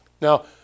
Now